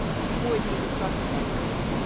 to avoid being distracted by emails,